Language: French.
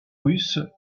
russe